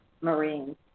Marines